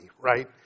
Right